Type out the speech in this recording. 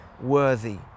worthy